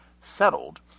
settled